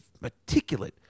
meticulous